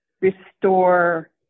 restore